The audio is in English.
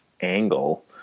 angle